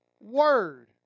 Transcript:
Word